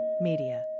Media